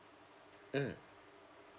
mm